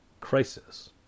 Crisis